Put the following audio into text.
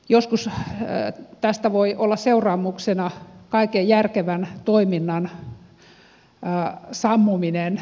joskus tästä voi olla seuraamuksena kaiken järkevän toiminnan sammuminen